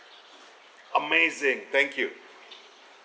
amazing thank you